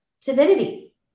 divinity